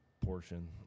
portion